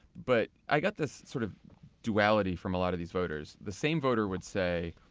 but i got this sort of duality from a lot of these voters. the same voter would say,